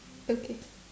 okay